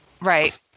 right